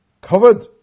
covered